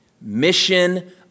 mission